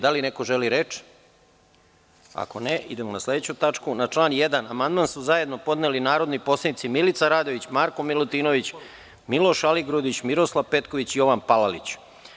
Da li neko želi reč? (Ne) Na član 1. amandman su zajedno podneli narodni poslanici Milica Radović, Marko Milutinović, Miloš Aligrudić, Miroslav Petković i Jovan Palalić.